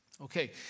Okay